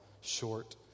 short